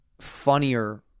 funnier